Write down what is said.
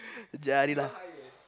jadi lah